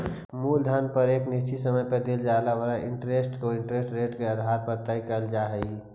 मूलधन पर एक निश्चित समय में देल जाए वाला इंटरेस्ट के इंटरेस्ट रेट के आधार पर तय कईल जा हई